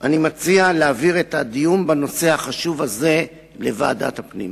אני מציע להעביר את הדיון בנושא החשוב הזה לוועדת הפנים.